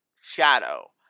shadow